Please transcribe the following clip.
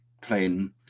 playing